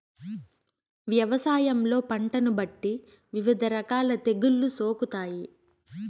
వ్యవసాయంలో పంటలను బట్టి వివిధ రకాల తెగుళ్ళు సోకుతాయి